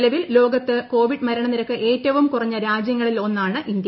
നിലവിൽ ലോകത്ത് കോവിഡ് മരണനിരക്ക് ഏറ്റവും കുറഞ്ഞ രാജ്യങ്ങളിലൊന്നാണ് ഇന്ത്യ